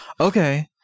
Okay